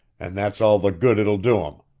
and that's all the good it'll do em.